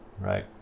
Right